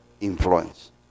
Influence